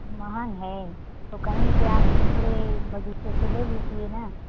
महंगा है तो कहीं से आप दूसरे बगीचे से ले लीजिए ना